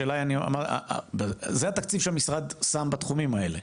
אני אומר שזה התקציב שהמשרד שם בתחומים האלה.